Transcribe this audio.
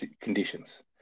conditions